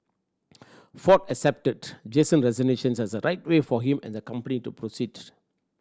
Ford accepted Jason's resignation as the right way for him and the company to proceed